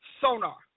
sonar